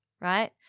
right